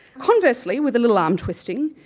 conversely, with a little arm-twisting,